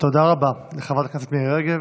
תודה רבה לחברת הכנסת מירי רגב.